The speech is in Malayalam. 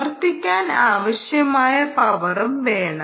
പ്രവർത്തിക്കാൻ ആവശ്യമായ പവറും വേണം